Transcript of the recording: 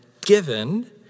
given